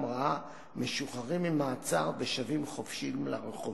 רעה משוחררים ממעצר ושבים חופשיים לרחובות,